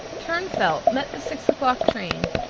turnfelt met the six o'clock train.